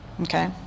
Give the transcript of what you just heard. Okay